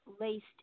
laced